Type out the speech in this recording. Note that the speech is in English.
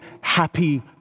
happy